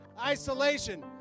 isolation